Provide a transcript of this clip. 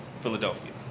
Philadelphia